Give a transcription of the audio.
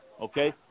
Okay